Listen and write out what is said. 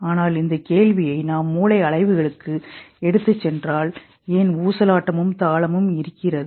ஆனால் இந்த கேள்வியை நாம் மூளை அலைவுகளுக்கு எடுத்துச் சென்றால் ஏன் ஊசலாட்டமும் தாளமும் இருக்கிறது